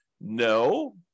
No